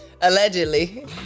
Allegedly